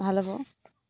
ভাল হ'ব